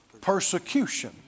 persecution